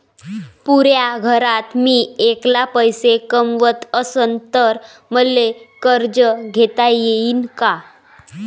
पुऱ्या घरात मी ऐकला पैसे कमवत असन तर मले कर्ज घेता येईन का?